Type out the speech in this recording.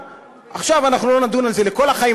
עכשיו לא נדון בזה לכל החיים,